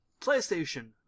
PlayStation